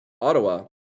Ottawa